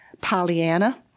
Pollyanna